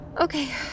Okay